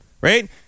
right